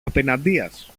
απεναντίας